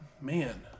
Man